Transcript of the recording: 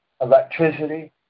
electricity